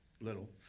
little